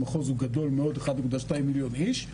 המחוז הוא גדול מאוד 1.2 מיליון איש.